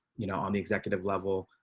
you know, on the executive level,